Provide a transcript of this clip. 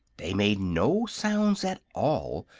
they made no sounds at all,